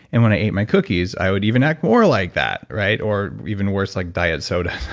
and when i ate my cookies, i would even act more like that, right? or even worse, like diet soda.